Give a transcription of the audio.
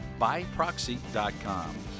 Buyproxy.com